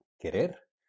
Querer